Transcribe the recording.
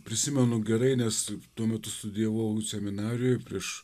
prisimenu gerai nes tuo metu studijavau seminarijoj prieš